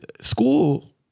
school